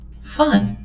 Fun